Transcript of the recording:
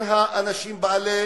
של אנשים בעלי